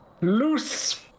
Loose